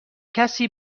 کسی